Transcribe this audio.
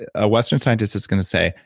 a western scientist is going to say,